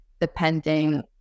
Depending